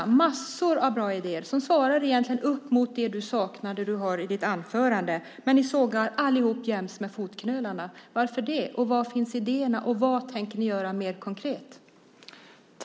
Det finns massor av bra idéer som egentligen svarar upp mot det du saknar i ditt anförande. Men ni sågar allihop jäms med fotknölarna. Varför det? Var finns idéerna? Vad tänker ni göra mer konkret?